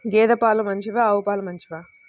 గేద పాలు మంచివా ఆవు పాలు మంచివా?